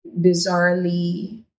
bizarrely